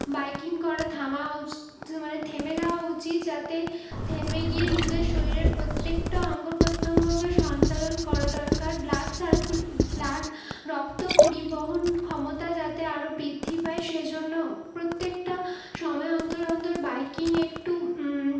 biking করা থামা উচিত মানে থেমে যাওয়া উচিত যাতে থেমে গিয়ে নিজের শরীরের প্রত্যেকটা অঙ্গ প্রত্যঙ্গকে সঞ্চালন করা দরকার ব্লাড সার্কুলেট ব্লাড রক্ত পরিবহন ক্ষমতা যাতে আরও বৃদ্ধি পায় সেজন্য প্রত্যেকটা সময় অন্তর অন্তর বাইকিং একটু